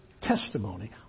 testimony